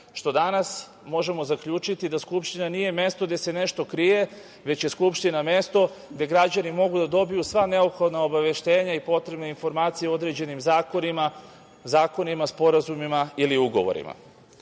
što danas možemo zaključiti da Skupština nije mesto gde se nešto krije, već je Skupština mesto gde građani mogu da dobiju sva neophodna obaveštenja i potrebne informacije u određenim zakonima, sporazumima ili ugovorima. Takođe,